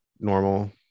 normal